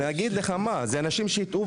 אלה אנשים שהטעו,